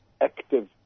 active